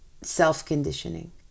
self-conditioning